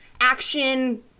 action